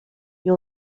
you